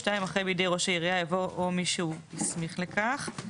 אחרי "בידי ראש העיריה" יבוא "או מי שהוא הסמיך לכך,